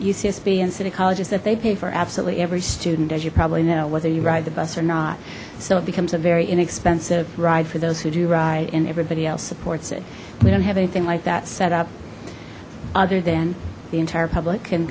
city colleges that they pay for absolutely every student as you probably know whether you ride the bus or not so it becomes a very inexpensive ride for those who do right and everybody else supports it we don't have anything like that set up other than the entire public can